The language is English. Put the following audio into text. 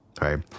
right